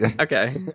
Okay